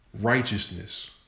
Righteousness